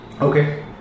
Okay